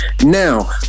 Now